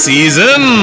Season